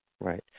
right